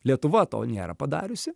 lietuva to nėra padariusi